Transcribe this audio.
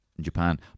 Japan